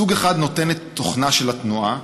סוג אחד נותן את תוכנה של התנועה,